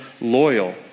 loyal